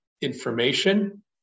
information